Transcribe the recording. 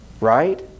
right